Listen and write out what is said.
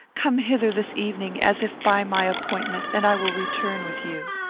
come hither this evening, as if by my appointment, and i will return with you.